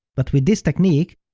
but with this technique,